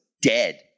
dead